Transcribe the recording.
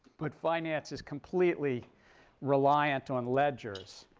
but finance is completely reliant on ledgers.